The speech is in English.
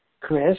Chris